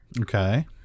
Okay